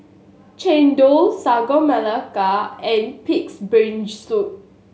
Chendol Sagu Melaka and Pig's Brain Soup